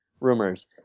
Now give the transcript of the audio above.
rumors